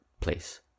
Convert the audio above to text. place